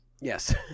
Yes